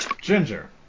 Ginger